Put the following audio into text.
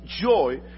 joy